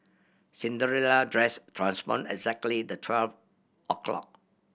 Cinderella dress transformed exactly the twelve o'clock